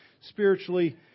spiritually